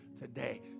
today